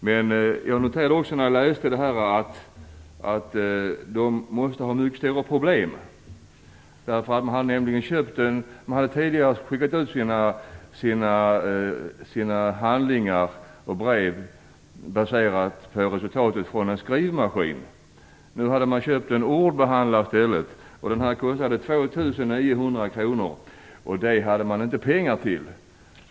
När jag läste den noterade jag också att de måste ha mycket stora problem. Tidigare hade de skickat ut sina handlingar och brev baserat på resultatet från en skrivmaskin. Nu hade de köpt en ordbehandlare i stället. Den kostade 2 900 kr, och det hade de inte pengar till.